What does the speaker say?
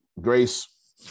Grace